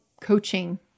coaching